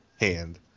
hand